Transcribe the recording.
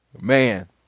Man